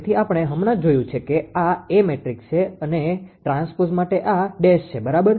તેથી આપણે હમણાં જ જોયું છે કે આ A મેટ્રિક્સ છે અને ટ્રાન્સપોઝ માટે આ ડેશ છે બરાબર